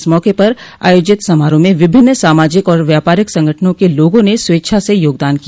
इस मौके पर आयोजित समारोहों में विभिन्न सामाजिक और व्यापारिक संगठनों के लोगों ने स्वेच्छा से योगदान किया